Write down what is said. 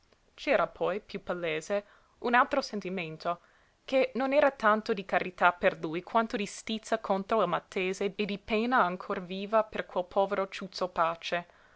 c'era poi piú palese un altro sentimento che non era tanto di carità per lui quanto di stizza contro il maltese e di pena ancor viva per quel povero ciuzzo pace